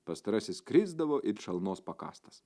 pastarasis krisdavo it šalnos pakąstas